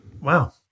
Wow